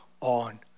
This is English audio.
on